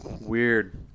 Weird